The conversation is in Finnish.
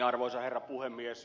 arvoisa herra puhemies